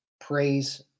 praise